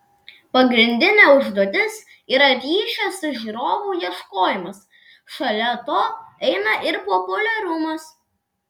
pagrindinė užduotis yra ryšio su žiūrovu ieškojimas šalia to eina ir populiarumas